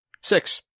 Six